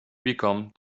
become